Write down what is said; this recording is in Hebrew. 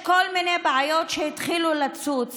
כל מיני בעיות התחילו לצוץ,